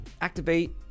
activate